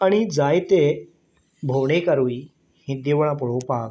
आनी जायते भोंवडेकारूय हीं देवळां पळोवपाक